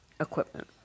equipment